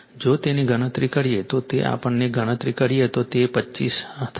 જો તેની ગણતરી કરીએ તો જો આપણે તેની ગણતરી કરીએ તો તે 25 થશે